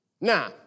Now